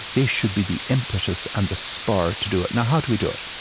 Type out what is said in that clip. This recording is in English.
they should be the impetus and the spur to do it now how do we do it?